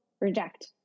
reject